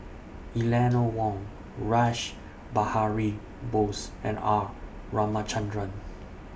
Eleanor Wong Rash Behari Bose and R Ramachandran